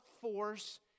force